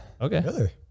Okay